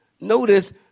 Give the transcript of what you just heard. Notice